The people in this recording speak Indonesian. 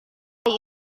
bayi